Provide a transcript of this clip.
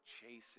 chasing